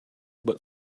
but